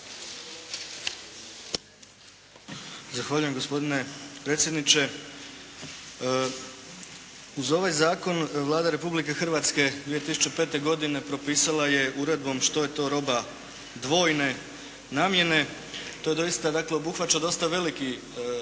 Zahvaljujem gospodine predsjedniče. Uz ovaj zakon Vlada Republike Hrvatske 2005. godine propisala je uredbom što je to roba dvojne namjene. To doista dakle obuhvaća dosta veliki skup